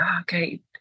okay